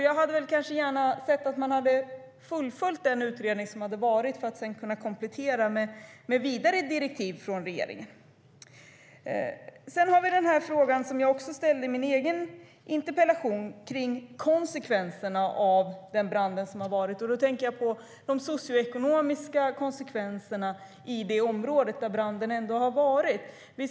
Jag hade gärna sett att man fullföljt utredningen för att sedan kunna komplettera med vidare direktiv från regeringen. Sedan har vi den fråga som jag ställde i min interpellation om konsekvenserna av branden. Jag tänker på de socioekonomiska konsekvenserna i det område där branden inträffat.